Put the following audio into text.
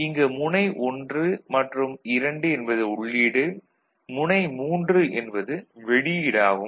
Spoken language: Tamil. இங்கு முனை 1 மற்றும் 2 என்பது உள்ளீடு முனை 3 என்பது வெளியீடு ஆகும்